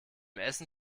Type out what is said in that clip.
essen